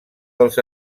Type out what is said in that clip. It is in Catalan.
dels